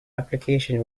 application